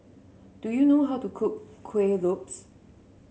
do you know how to cook Kuih Lopes